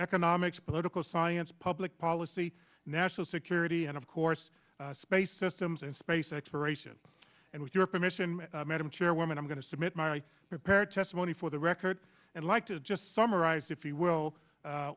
economics political science public policy national security and of course space systems and space exploration and with your permission madam chairwoman i'm going to submit my prepared testimony for the record and like to just summarize if you will